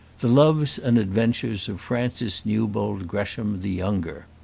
the loves and adventures of francis newbold gresham the younger.